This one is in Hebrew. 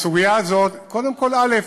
הסוגיה הזאת, קודם כול, א.